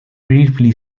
briefly